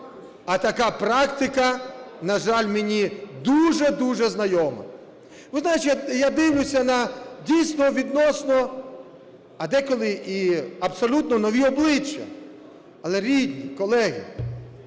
а така практика, на жаль, мені дуже-дуже знайома. Ви знаєте, я дивлюся на, дійсно, відносно, а деколи і абсолютно, нові, обличчя. Але, рідні, колеги,